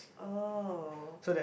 oh